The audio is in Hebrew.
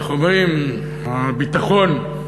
איך אומרים, הביטחון,